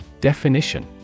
Definition